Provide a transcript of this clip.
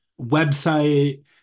website